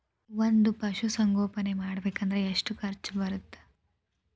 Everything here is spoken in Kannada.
ಒಂದ್ ಪಶುಸಂಗೋಪನೆ ಮಾಡ್ಬೇಕ್ ಅಂದ್ರ ಎಷ್ಟ ಖರ್ಚ್ ಬರತ್ತ?